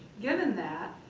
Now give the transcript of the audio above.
given that,